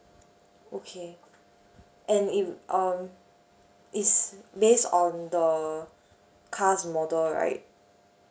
okay and it um is based on the car's model right